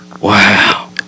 Wow